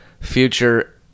future